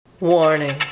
Warning